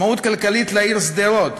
עצמאות כלכלית לעיר שדרות,